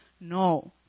No